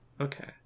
okay